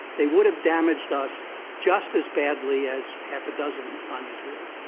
they would have damaged us just as badly as half a dozen on israel.